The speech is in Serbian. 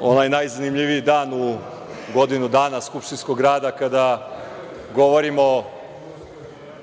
onaj najzanimljiviji dan u godinu dana skupštinskog rada kada govorimo